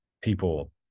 people